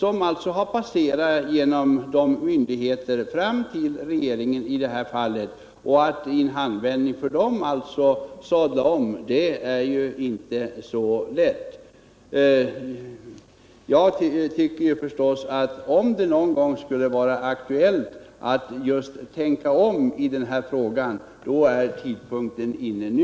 De har passerat genom alla myndigheter fram till regeringen i detta fall. Att i en handvändning sadla om är inte så lätt för dem. Om det någon gång vore aktuellt att tänka om i denna fråga, är tidpunkten inne nu.